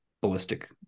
ballistic